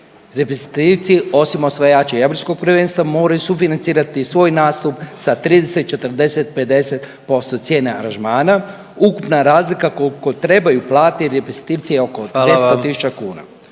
reprezentativci, osim osvajača i europskog prvenstva, moraju sufinancirati i svoj nastup sa 30, 40, 50% cijene aranžmana, ukupna razlika koliko trebaju platiti reprezentativci je oko 200